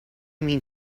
mean